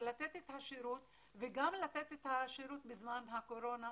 של לתת את השירות וגם לתת את השירות בזמן הקורונה.